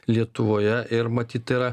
lietuvoje ir matyt tai yra